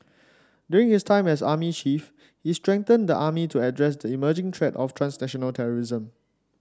during his time as army chief he strengthened the army to address the emerging threat of transnational terrorism